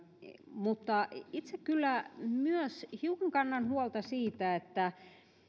itse kyllä myös hiukan kannan huolta siitä